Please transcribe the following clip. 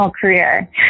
career